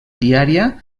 diària